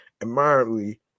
admirably